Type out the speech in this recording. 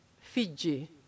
Fiji